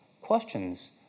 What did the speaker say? questions